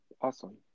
Awesome